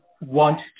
want